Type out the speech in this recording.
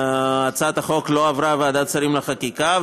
הצעת החוק לא עברה ועדת שרים לחקיקה,